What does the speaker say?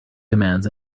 commands